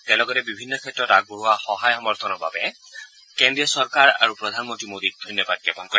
তেওঁ লগতে বিভিন্ন ক্ষেত্ৰত আগবঢ়োৱা সহায় সমৰ্থনৰ বাবে কেন্দ্ৰীয় চৰকাৰ আৰু প্ৰধানমন্ত্ৰী মোডীক ধন্যবাদ জ্ঞাপন কৰে